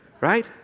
Right